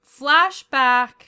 flashback